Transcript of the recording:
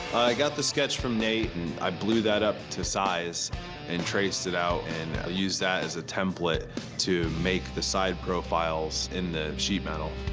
got the sketch from nate. and i blew that up to size and traced it out. and i'll use that as a template to make the side profiles in the sheet metal.